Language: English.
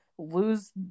lose